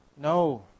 no